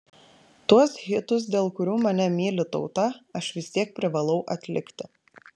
tuos hitus dėl kurių mane myli tauta aš vis tiek privalau atlikti